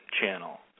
channel